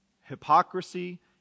hypocrisy